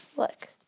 Look